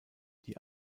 die